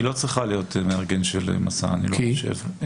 היא לא צריכה להיות מארגן של 'מסע', אני לא חושב.